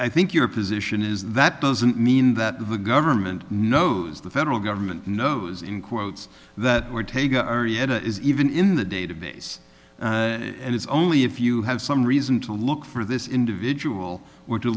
i think your position is that doesn't mean that the government knows the federal government knows in quotes that were taken arietta is even in the database and it's only if you have some reason to look for this individual were to